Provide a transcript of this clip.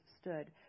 stood